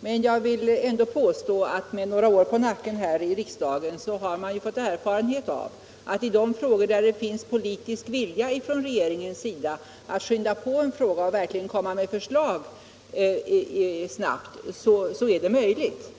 Men jag vill ändå påstå att med några år på nacken här i riksdagen har man fått erfarenhet av att i de frågor där det finns politisk vilja från regeringens sida att skynda på en fråga och verkligen komma med förslag snabbt, så är detta möjligt.